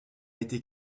été